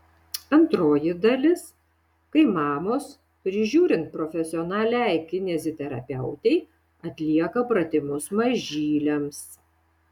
antroji dalis kai mamos prižiūrint profesionaliai kineziterapeutei atlieka pratimus mažyliams